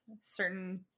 certain